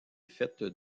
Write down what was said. faites